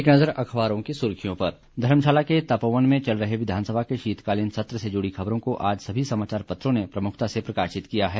एक नजर अखबारों की सुर्खियों पर धर्मशाला के तपोवन में चल रहे विधानसभा के शीतकालीन सत्र से जुड़ी खबरों को आज सभी समाचार पत्रों ने प्रमुखता से प्रकाशित किया है